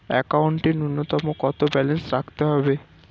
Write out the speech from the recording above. একাউন্টে নূন্যতম কত ব্যালেন্স রাখতে হবে?